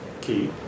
Key